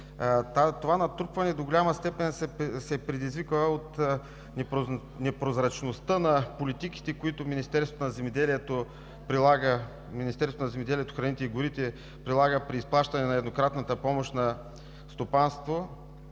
Това натрупване до голяма степен се предизвика от непрозрачността на политиките, които Министерството на земеделието, храните и горите прилага при изплащане на еднократната помощ на стопанства,